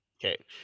Okay